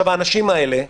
האנשים האלה,